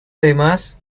además